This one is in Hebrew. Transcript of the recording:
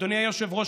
אדוני היושב-ראש,